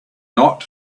not